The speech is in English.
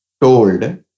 told